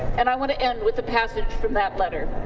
and i want to end with a passage from that letter.